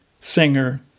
singer